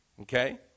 Okay